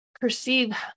perceive